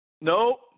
nope